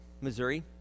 Missouri